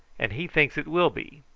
and he thinks it will be.